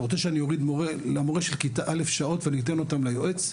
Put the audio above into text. אתה רוצה שאני אוריד למורה של כיתה א' שעות ואתן אותם ליועץ,